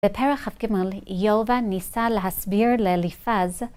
בפרק כ"ג, איוב ניסה להסביר לאליפז